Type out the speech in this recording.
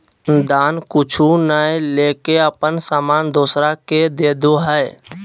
दान कुछु नय लेके अपन सामान दोसरा के देदो हइ